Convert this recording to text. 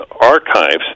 archives